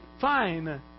fine